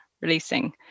releasing